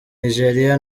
nigeria